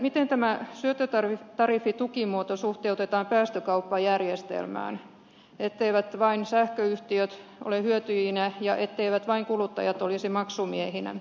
miten tämä syöttötariffitukimuoto suhteutetaan päästökauppajärjestelmään etteivät vain sähköyhtiöt ole hyötyjinä ja etteivät vain kuluttajat olisi maksumiehinä